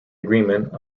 agreement